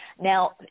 Now